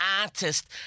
artist